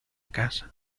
casa